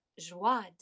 Joie